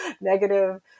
negative